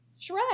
Shrek